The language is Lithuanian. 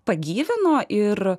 pagyvino ir